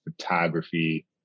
photography